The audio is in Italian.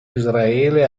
israele